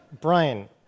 Brian